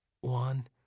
One